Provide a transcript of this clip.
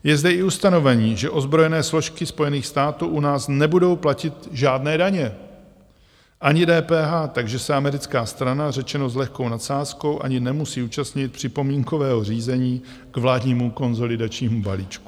Je zde i ustanovení, že ozbrojené složky Spojených států u nás nebudou platit žádné daně, ani DPH, takže se americká strana, řečeno s lehkou nadsázkou, ani nemusí účastnit připomínkového řízení k vládnímu konsolidačnímu balíčku.